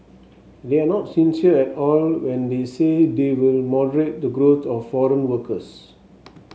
they are not sincere at all when they say they will moderate the growth of foreign workers